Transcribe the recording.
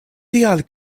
tial